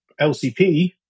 LCP